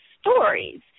stories